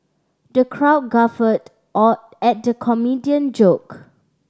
the crowd guffawed or at the comedian joke